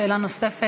יש שאלות נוספות.